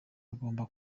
agomba